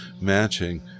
matching